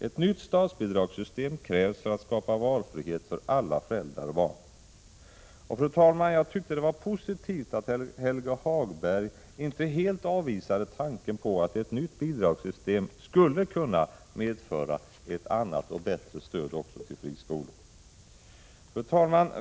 Ett nytt statsbidragssystem krävs för att skapa valfrihet för alla föräldrar och barn. Fru talman! Jag tyckte att det var positivt att Helge Hagberg inte helt avvisade tanken på att ett nytt bidragssystem skulle kunna medföra ett annat och bättre stöd också till friskolor. Fru talman!